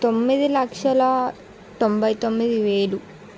తొమ్మిది లక్షల తొంభై తొమ్మిది వేలు